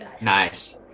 Nice